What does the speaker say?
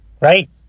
Right